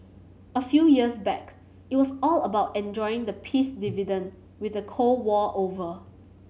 a few years back it was all about enjoying the 'peace dividend' with the Cold War over